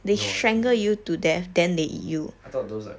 no I don't know I thought those like